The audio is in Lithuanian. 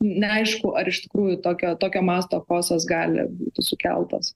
neaišku ar iš tikrųjų tokio tokio masto chaosas gali būti sukeltas